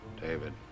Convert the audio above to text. David